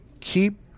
keep